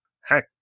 Heck